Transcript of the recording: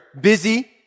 busy